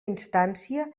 instància